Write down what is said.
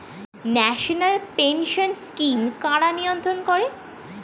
National pension scheme কারা নিয়ন্ত্রণ করে?